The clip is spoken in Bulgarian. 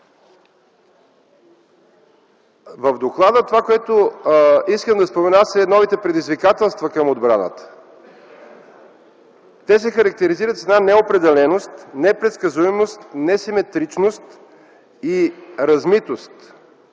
доклад. Това, което искам да спомена в доклада, са новите предизвикателства към отбраната. Те се характеризират с една неопределеност, непредсказуемост, несиметричност и размитост.